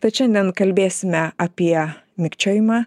tad šiandien kalbėsime apie mikčiojimą